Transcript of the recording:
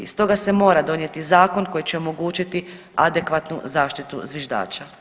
Stoga se mora donijeti zakon koji će omogućiti adekvatnu zaštitu zviždača.